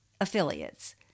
affiliates